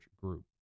Group